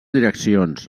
direccions